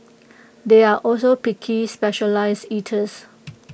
they are also picky specialised eaters